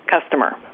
customer